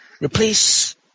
Replace